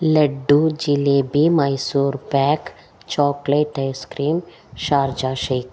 laddu jalebi Mysore pak chocolate ice cream Sharjah shake